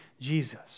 Jesus